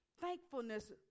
Thankfulness